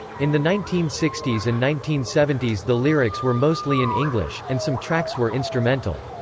in the nineteen sixty s and nineteen seventy s the lyrics were mostly in english, and some tracks were instrumental.